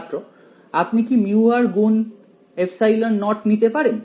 ছাত্র আপনি কি μ গুণ ε নট নিতে পারেন